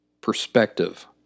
perspective